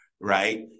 Right